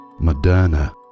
Moderna